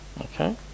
Okay